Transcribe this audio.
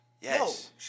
Yes